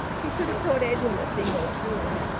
he could have taught edwin a thing or two.